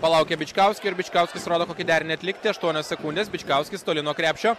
palaukia bičkauskio ir bičkauskis rodo kokį derinį atlikti aštuonios sekundės bičkauskis toli nuo krepšio